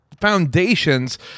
foundations